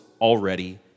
already